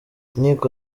inkiko